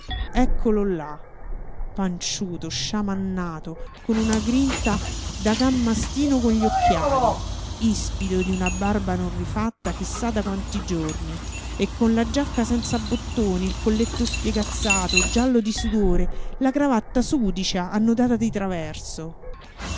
eccolo là panciuto sciamannato con una grinta da can mastino con gli occhiali ispido di una barba non rifatta chi sa da quanti giorni e con la giacca senza bottoni il colletto spiegazzato giallo di sudore la cravatta sudicia annodata di traverso